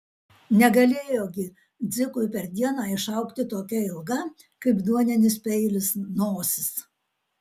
negalėjo gi dzikui per dieną išaugti tokia ilga kaip duoninis peilis nosis